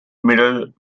mittel